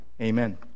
amen